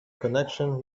connection